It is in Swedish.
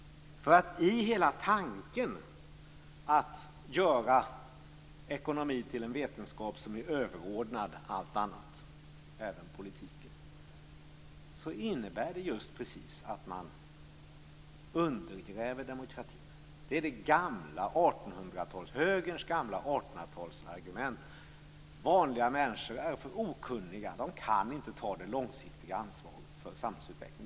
I hela tanken med att göra ekonomi till en vetenskap som är överordnad allt annat, även politiken, innebär det just att man undergräver demokratin. Det är högerns gamla 1800-tals-argument, att vanliga människor är för okunniga och kan inte ta det långsiktiga ansvaret för samhällsutvecklingen.